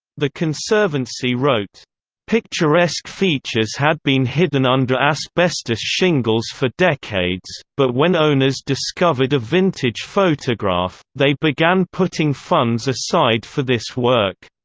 the conservancy wrote picturesque features had been hidden under asbestos shingles for decades, but when owners discovered a vintage photograph, they began putting funds aside for this work.